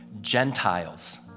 Gentiles